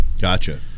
Gotcha